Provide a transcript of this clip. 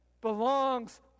belongs